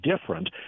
different